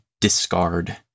discard